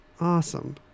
Awesome